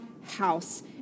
house